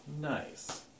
Nice